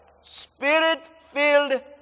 spirit-filled